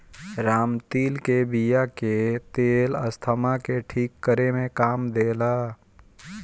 रामतिल के बिया के तेल अस्थमा के ठीक करे में काम देला